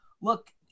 Look